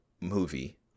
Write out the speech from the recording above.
movie